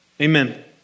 Amen